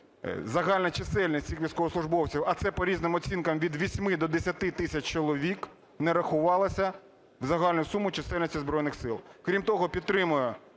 загальна чисельність цих військовослужбовців, а це по різним оцінкам від 8 до 10 тисяч чоловік, не рахувалися в загальну суму чисельності Збройних Сил. Крім того, підтримую